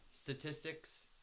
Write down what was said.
statistics